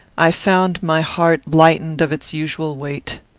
i found my heart lightened of its usual weight.